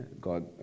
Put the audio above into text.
God